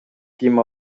кийим